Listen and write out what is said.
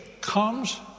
comes